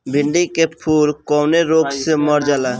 भिन्डी के फूल कौने रोग से मर जाला?